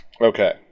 Okay